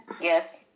Yes